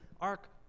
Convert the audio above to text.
ark